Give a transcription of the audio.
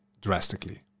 drastically